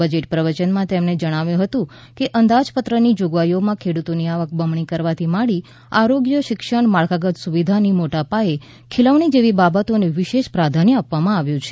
budget પ્રવચનમાં તેમણે જણાવ્યુ હતું કે અંદાજપત્રની જોગવાઈઓમાં ખેડૂતોની આવક બમણી કરવાથી માંડી આરોગ્ય શિક્ષણ માળખાગત સુવિધાની મોટા પાયે ખીલવણી જેવી બાબતોને વિશેષ પ્રાધાન્ય આપવામાં આવ્યું છે